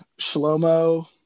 Shlomo